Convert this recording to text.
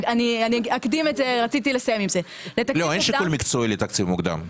לא, אין שיקול מקצועי לתקציב מוקדם.